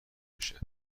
بشه